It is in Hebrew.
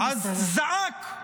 -- אז זעק,